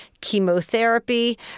chemotherapy